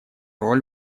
роль